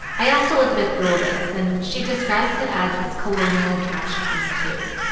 i asked elizabeth rule this, and she describes it as this colonial catch twenty two.